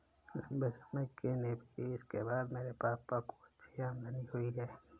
लंबे समय के निवेश के बाद मेरे पापा को अच्छी आमदनी हुई है